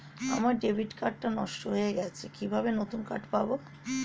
আমার debit card টা নষ্ট হয়ে গেছে কিভাবে নতুন কার্ড পাব?